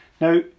Now